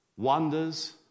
Wonders